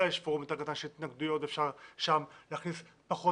אולי יש פורום של התנגדויות ואפשר שם להכניס פחות